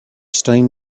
stunning